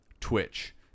twitch